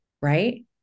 right